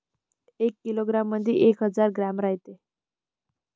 एका किलोग्रॅम मंधी एक हजार ग्रॅम रायते